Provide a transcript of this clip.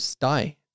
die